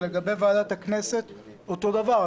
לגבי ועדת הכנסת אותו דבר.